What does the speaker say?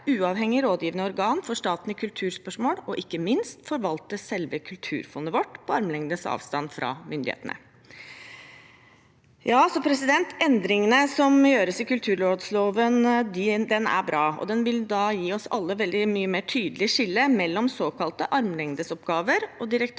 uavhengig rådgivende organ for staten i kulturspørsmål, og ikke minst forvalte selve Kulturfondet vårt på armlengdes avstand fra myndighetene? Endringene som gjøres i kulturrådsloven, er bra, og den vil nå gi oss alle et tydelig skille mellom såkalte armlengdeoppgaver og direktoratsoppgaver